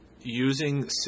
using